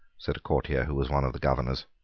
said a courtier who was one of the governors.